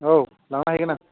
औ लांना हैगोन आं